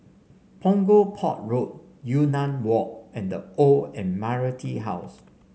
Punggol Port Road Yunnan Walk and The Old Admiralty House